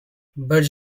berg